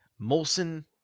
Molson